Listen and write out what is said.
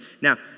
Now